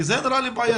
כי זה נראה לי בעייתי.